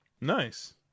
Nice